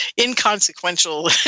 inconsequential